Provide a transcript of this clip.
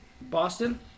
Boston